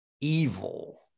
evil